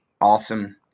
Awesome